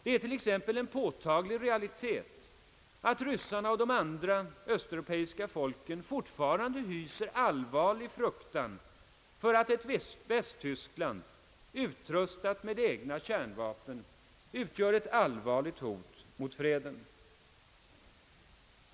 Det är t.ex. en påtaglig realitet att ryssarna och de andra östeuropeiska folken fortfarande hyser allvarlig fruktan för att ett Västtyskland, utrustat med egna kärnvapen, utgör ett allvarligt hot mot freden.